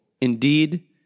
Indeed